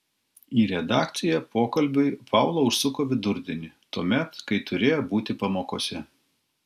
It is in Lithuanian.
į redakciją pokalbiui paula užsuko vidurdienį tuomet kai turėjo būti pamokose